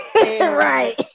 right